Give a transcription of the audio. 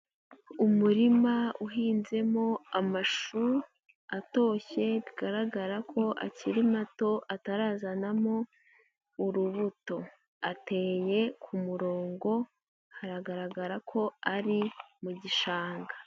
Umurima uhinzemo amashu atoshye, bigaragara ko akiri mato atarazanamo urubuto, ateye ku murongo haragaragara ko ari mu gishanga.